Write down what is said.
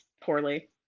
poorly